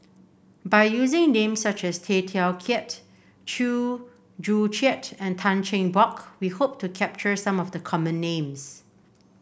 by using names such as Tay Teow Kiat Chew Joo Chiat and Tan Cheng Bock we hope to capture some of the common names